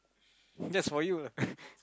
that's for you lah